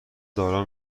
دارا